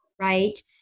right